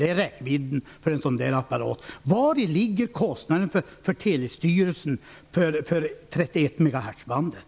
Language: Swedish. Det är räckvidden för en sådan apparat. Vari ligger kostnaden för Post och telestyrelsen vid en användning av 31 MHz-bandet?